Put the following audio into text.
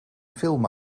film